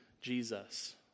Jesus